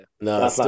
No